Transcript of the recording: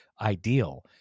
ideal